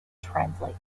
translate